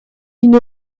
une